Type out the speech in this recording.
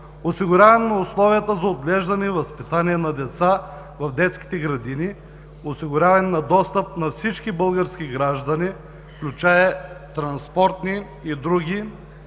осигуряване на условията за отглеждане и възпитание на деца в детските градини, осигуряване на достъп на всички български граждани, включително транспортни и други,